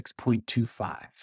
6.25